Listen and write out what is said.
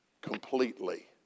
Completely